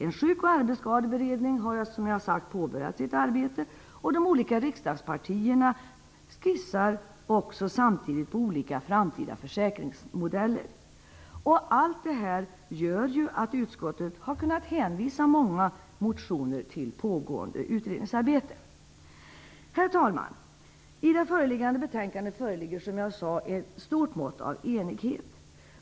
En sjuk och arbetsskadeberedning har, som sagt, påbörjat sitt arbete, och de olika riksdagspartierna skissar samtidigt på olika framtida försäkringsmodeller. Allt detta gör att utskottet har kunnat avstyrka många motioner med hänvisning till pågående utredningsarbete. Herr talman! I det föreliggande betänkandet finns ett stort mått av enighet.